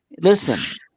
Listen